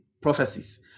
prophecies